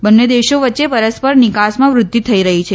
બંને દેશો વચ્ચે પરસ્પર નિકાસમાં વૃદ્ધિ થઈ રહી છે